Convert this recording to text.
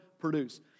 produce